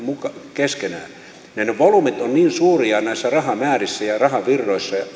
keskenään ja ne volyymit ovat niin suuria näissä rahamäärissä ja rahavirroissa